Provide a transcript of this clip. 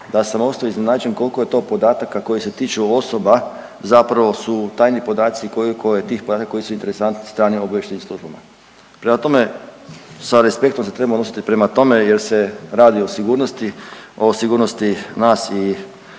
da sam ostao iznenađen koliko je to podataka koji se tiču osoba zapravo su tajni podaci koliko je tih podataka koji su interesantni stranim obavještajnim službama. Prema tome, sa respektom se treba odnositi prema tome, jer se radi o sigurnosti, o sigurnosti nas i